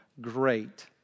great